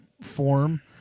form